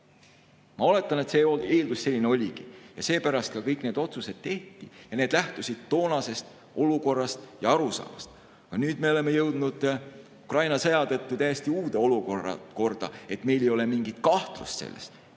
Ma oletan, et see eeldus selline oligi ja seepärast ka kõik need otsused tehti. Need lähtusid toonasest olukorrast ja arusaamast. Aga nüüd me oleme jõudnud Ukraina sõja tõttu täiesti uude olukorda. Meil ei ole mingit kahtlust selles,